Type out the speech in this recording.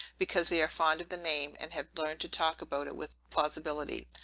because they are fond of the name, and have learned to talk about it with plausibility.